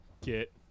get